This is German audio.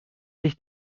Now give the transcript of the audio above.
sich